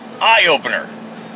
Eye-opener